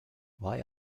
why